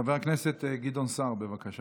חבר הכנסת גדעון סער, בבקשה.